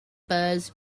birds